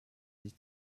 sich